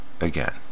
again